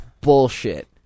bullshit